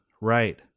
Right